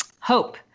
Hope